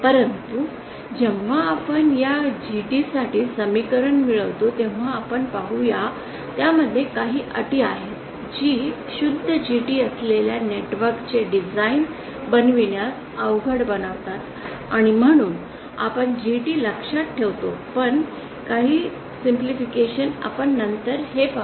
परंतु जेव्हा आपण या GT साठी समीकरण मिळवितो तेव्हा आपण पाहू या त्यामध्ये काही अटी आहेत जी शुद्ध GT असलेल्या नेटवर्क चे डिझाईन बनविण्यास अवघड बनवतात आणि म्हणूनच आपण GT लक्षात ठेवतो पण काही सरलीकरणाने आपण नंतर हे पाहू